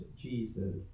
Jesus